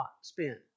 spent